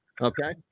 okay